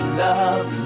love